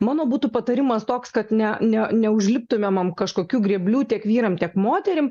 mano būtų patarimas toks kad ne ne neužliptumėm ant kažkokių grėblių tiek vyram tiek moterim